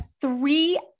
three